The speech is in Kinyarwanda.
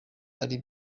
ari